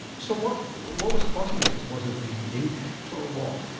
so what what was causing it? was it the impact or what?